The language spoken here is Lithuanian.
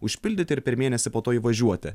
užpildyti ir per mėnesį po to įvažiuoti